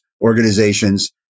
organizations